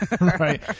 Right